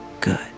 Good